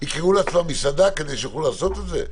יקראו לעצמם מסעדה כדי שיוכלו לעשות את זה?